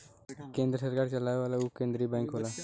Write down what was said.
केन्द्र सरकार चलावेला उ केन्द्रिय बैंक होला